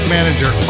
Manager